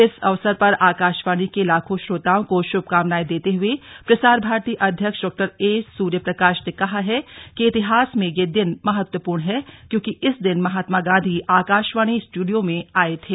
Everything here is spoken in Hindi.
इस अवसर पर आकाशवाणी के लाखों श्रोताओं को शुभकामनाएं देते हुए प्रसार भारती अध्यक्ष डॉ ए सूर्यप्रकाश ने कहा है कि इतिहास में यह दिन महत्वपूर्ण है क्योंकि इस दिन महात्मा गांधी आकाशवाणी स्टूडियो में आए थे